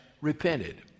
repented